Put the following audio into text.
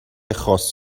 خاص